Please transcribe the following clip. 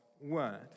word